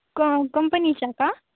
क कंपनीचा का